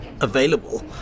available